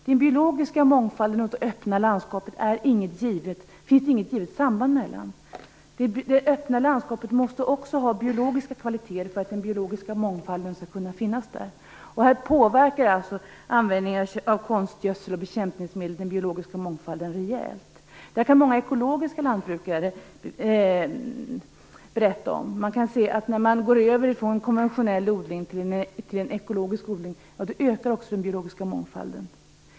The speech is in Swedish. Det finns inget givet samband mellan den biologiska mångfalden och det öppna landskapet. Det öppna landskapet måste också ha biologiska kvaliteter för att den biologiska mångfalden skall kunna finnas där. Här påverkar användningen av konstgödsel och bekämpningsmedel den biologiska mångfalden rejält. Det kan många lantbrukare som bedriver ekologiskt jordbruk berätta om. När man går över från konventionell odling till ekologisk odling ökar också den biologiska mångfalden.